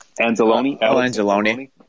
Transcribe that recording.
Anzalone